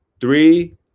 Three